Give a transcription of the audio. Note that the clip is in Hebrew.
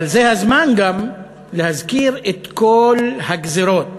אבל זה הזמן גם להזכיר את כל הגזירות